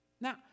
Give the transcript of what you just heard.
Now